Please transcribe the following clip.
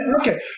Okay